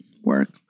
work